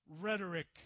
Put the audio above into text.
rhetoric